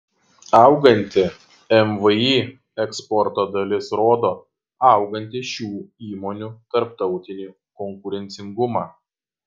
auganti mvį eksporto dalis rodo augantį šių įmonių tarptautinį konkurencingumą